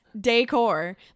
decor